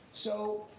so,